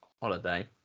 holiday